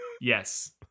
Yes